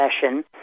session